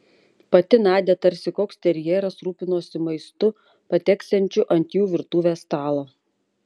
pati nadia tarsi koks terjeras rūpinosi maistu pateksiančiu ant jų virtuvės stalo